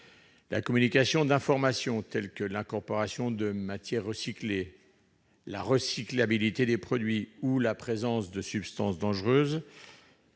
La communication d'informations telles que l'incorporation de matières recyclées, la recyclabilité des produits et la présence de substances dangereuses